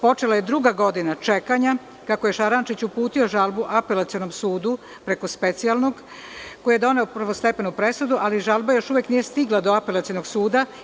Počela je druga godina čekanja kako je Šarančić uputio žalbu Apelacionom sudu preko Specijalnog, koji je doneo prvostepenu presudu, ali žalba još uvek nije stigla do Apelacionog suda.